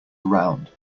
around